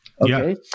Okay